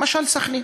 למשל, סח'נין.